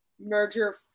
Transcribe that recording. merger